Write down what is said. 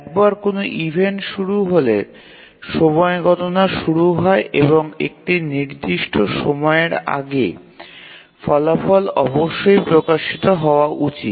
একবার কোনও ইভেন্ট শুরু হলে সময় গণনা শুরু হয় এবং একটি নির্দিষ্ট সময়ের আগে ফলাফল অবশ্যই প্রকাশিত হওয়া উচিত